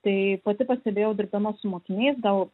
tai pati pastebėjau dirbdama su mokiniais gal